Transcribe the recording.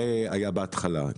זה היה בהתחלה.